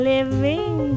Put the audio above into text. Living